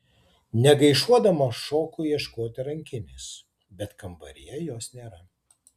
negaišuodama šoku ieškoti rankinės bet kambaryje jos nėra